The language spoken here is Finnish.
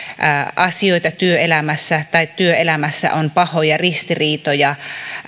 asioita työelämässä tai työelämässä on pahoja ristiriitoja